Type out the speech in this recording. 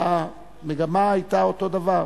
והמגמה היתה אותו הדבר.